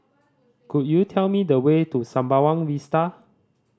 could you tell me the way to Sembawang Vista